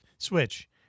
Switch